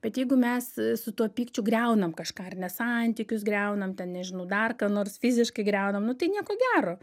bet jeigu mes su tuo pykčiu griaunam kažką ar ne santykius griaunam ten nežinau dar ką nors fiziškai griaunam nu tai nieko gero